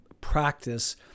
practice